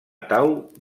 tau